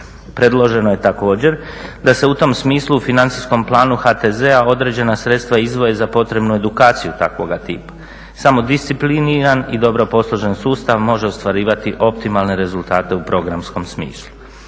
Predloženo je također da se u tom smislu u Financijskom planu HTZ-a određena sredstva izdvoje za potrebnu edukaciju takvoga tipa. Samo discipliniran i dobro posložen sustav može ostvarivati optimalne rezultate u programskom smislu.